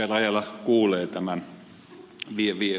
rajala kuulee tämän viestin